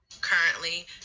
currently